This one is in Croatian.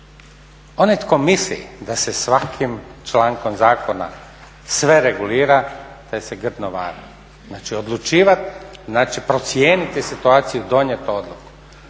Onaj tko misli da se svakim člankom zakona sve regulira taj se grdno vara. Znači odlučivati znači procijeniti situaciju i donijeti odluku.